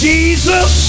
Jesus